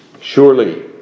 Surely